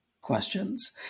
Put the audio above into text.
questions